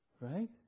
Right